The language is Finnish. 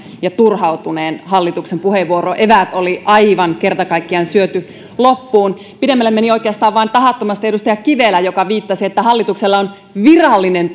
ja turhautuneen hallituksen puheenvuoro eväät oli aivan kerta kaikkiaan syöty loppuun pidemmälle meni oikeastaan vain tahattomasti edustaja kivelä joka viittasi että hallituksella on virallinen